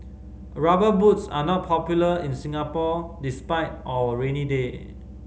Rubber Boots are not popular in Singapore despite our rainy day